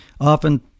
often